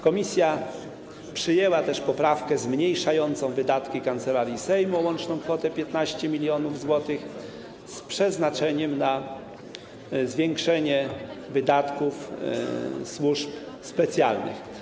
Komisja przyjęła też poprawkę zmniejszającą wydatki Kancelarii Sejmu o łączną kwotę 15 mln zł, które mają zostać przeznaczone na zwiększenie wydatków służb specjalnych.